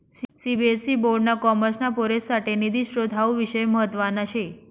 CBSE board ना कॉमर्सना पोरेससाठे निधी स्त्रोत हावू विषय म्हतवाना शे